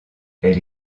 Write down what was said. elle